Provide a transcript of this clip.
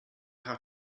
have